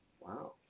Wow